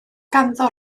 ganddo